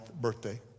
birthday